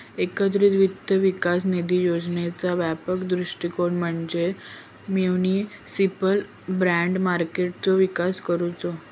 एकत्रित वित्त विकास निधी योजनेचा व्यापक उद्दिष्ट म्हणजे म्युनिसिपल बाँड मार्केटचो विकास करुचो